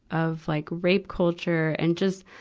of like rape culture. and just,